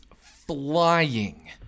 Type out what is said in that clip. flying